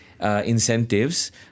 incentives